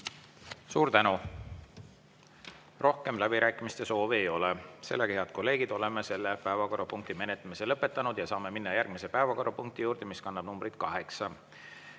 Suur tänu! Rohkem läbirääkimiste soovi ei ole. Head kolleegid, oleme selle päevakorrapunkti menetlemise lõpetanud. Saame minna järgmise päevakorrapunkti juurde, mis kannab numbrit kaheksa.